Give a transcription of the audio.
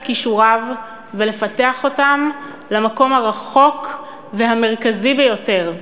כישוריו ולפתח אותם למקום הרחוק והמרכזי ביותר,